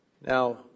Now